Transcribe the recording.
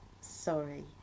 sorry